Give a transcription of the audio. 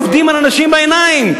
עובדים על אנשים בעיניים.